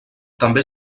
també